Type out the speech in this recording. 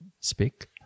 speak